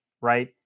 right